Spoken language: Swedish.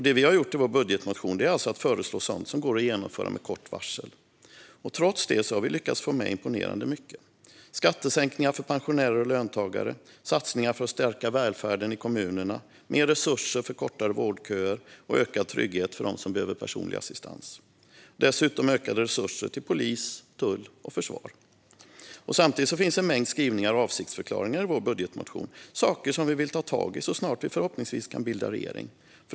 Det vi har gjort i vår budgetmotion är alltså att föreslå sådant som går att genomföra med kort varsel. Trots detta har vi lyckats få med imponerande mycket. Det handlar om skattesänkningar för pensionärer och löntagare, satsningar för att stärka välfärden i kommunerna, mer resurser för kortare vårdköer och ökad trygghet för dem som behöver personlig assistans. Dessutom ökar resurserna till polis, tull och försvar. Samtidigt finns en mängd skrivningar och avsiktsförklaringar i vår budgetmotion, saker som vi vill ta tag i så snart vi förhoppningsvis kan bilda regering.